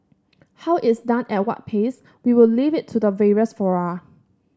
how it's done at what pace we will leave it to the various fora